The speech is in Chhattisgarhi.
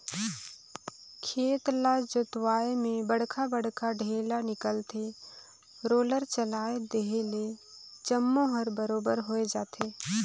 खेत ल जोतवाए में बड़खा बड़खा ढ़ेला निकलथे, रोलर चलाए देहे ले जम्मो हर बरोबर होय जाथे